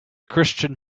christian